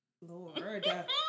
Lord